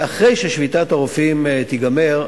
ואחרי ששביתת הרופאים תיגמר,